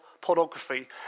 pornography